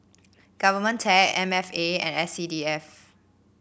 Govtech M F A and S C D F